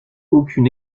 aucune